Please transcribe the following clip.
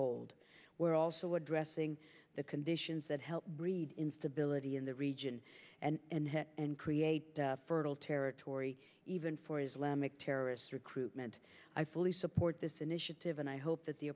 hold we're also addressing the conditions that help breed instability in the region and create fertile territory even for islamic terrorist recruitment i fully support this initiative and i hope that the